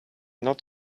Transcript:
not